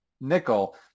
nickel